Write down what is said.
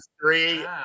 Three